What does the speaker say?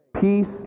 Peace